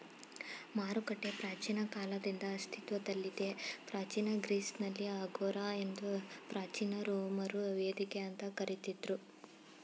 ಮಾರುಕಟ್ಟೆ ಪ್ರಾಚೀನ ಕಾಲದಿಂದ ಅಸ್ತಿತ್ವದಲ್ಲಿದೆ ಪ್ರಾಚೀನ ಗ್ರೀಸ್ನಲ್ಲಿ ಅಗೋರಾ ಎಂದು ಪ್ರಾಚೀನ ರೋಮರು ವೇದಿಕೆ ಅಂತ ಕರಿತಿದ್ರು